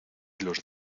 los